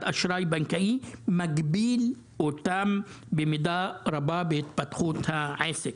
אשראי בנקאי מגביל אותם במידה רבה בהתפתחות העסק.